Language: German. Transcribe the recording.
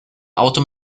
auto